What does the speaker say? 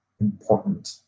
important